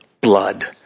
Blood